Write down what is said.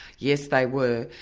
yes, they were,